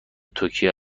توکیو